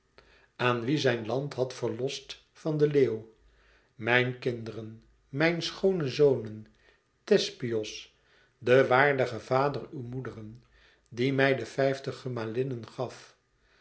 aan wie zijn land had verlost van den leeuw mijn kinderen mijn schoone zonen thespios de waardige vader uwer moederen die mij de vijftig gemalinnen gaf